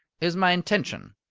is my intention.